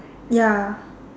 ya